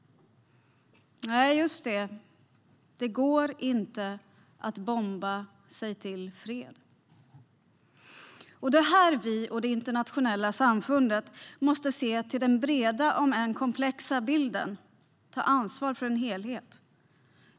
Det går inte att bomba sig till fred. Det är här som vi och det internationella samfundet måste se till den breda om än komplexa bilden och ta ansvar för en helhet.